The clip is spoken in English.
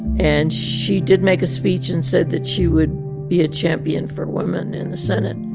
and she did make a speech and said that she would be a champion for women in the senate.